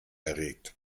erregt